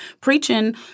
preaching